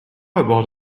about